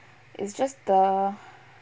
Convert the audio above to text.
it's just the